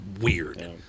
weird